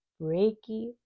Reiki